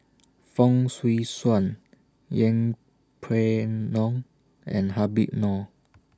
Fong Swee Suan Yeng Pway Ngon and Habib Noh